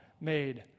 made